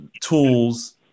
tools